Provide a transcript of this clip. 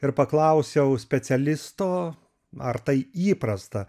ir paklausiau specialisto ar tai įprasta